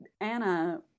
Anna